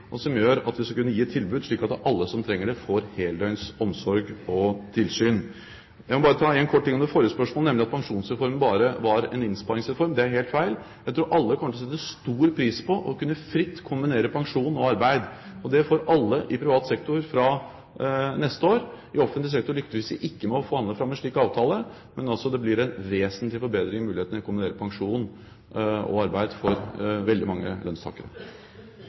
og som gjør at vi skal kunne gi et tilbud, slik at alle som trenger det, får heldøgns omsorg og tilsyn. Jeg må bare kort ta én ting om det forrige spørsmålet, nemlig at pensjonsreformen bare var en innsparingsreform. Det er helt feil. Jeg tror alle kommer til å sette stor pris på fritt å kunne kombinere pensjon og arbeid, og det får alle i privat sektor fra neste år. I offentlig sektor lyktes vi ikke med å få forhandlet fram en slik avtale, men det blir altså en vesentlig forbedring i muligheten til å kunne kombinere pensjon og arbeid for veldig mange lønnstakere.